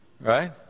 Right